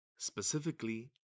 Specifically